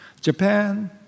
Japan